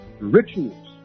rituals